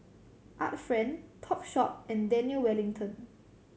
Art Friend Topshop and Daniel Wellington